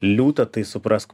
liūtą tai suprask